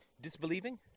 disbelieving